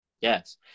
Yes